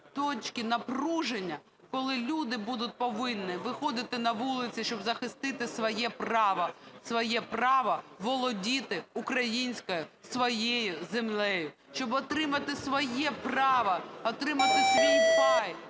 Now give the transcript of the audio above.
точки напруження, коли люди будуть повинні виходити на вулиці, щоб захистити своє право, своє право володіти українською своєю землею, щоб отримати своє право, отримати свій пай